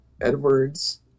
Edwards